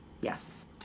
Yes